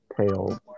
tail